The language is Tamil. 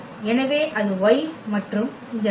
எனவே அது y மற்றும் இந்த t